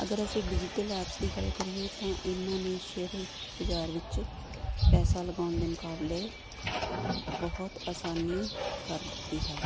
ਅਗਰ ਅਸੀਂ digital apps ਦੀ ਗੱਲ ਕਰੀਏ ਤਾਂ ਇਹਨਾਂ ਨੇ ਸ਼ੇਅਰ ਬਾਜ਼ਾਰ ਵਿੱਚ ਪੈਸਾ ਲਗਾਉਣ ਦੇ ਮੁਕਾਬਲੇ ਬਹੁਤ ਆਸਾਨੀ ਕਰ ਦਿੱਤੀ ਹੈ